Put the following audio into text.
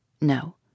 No